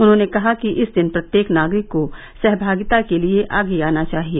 उन्होंने कहा कि इस दिन प्रत्येक नागरिक को सहभागिता के लिए आगे आना चाहिए